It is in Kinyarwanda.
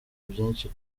byinshi